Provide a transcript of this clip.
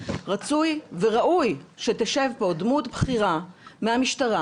רצוי וראוי שתשב פה דמות בכירה מהמשטרה,